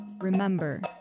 Remember